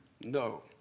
No